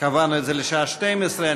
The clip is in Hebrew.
קבענו את זה לשעה 12:00,